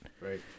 Right